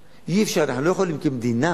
אי-אפשר, אנחנו לא יכולים כמדינה